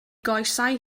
goesau